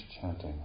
chanting